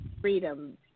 freedom